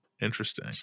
interesting